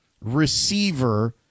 receiver